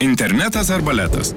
internetas ar baletas